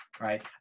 right